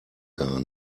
gar